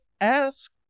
ask